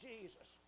Jesus